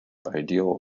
ideal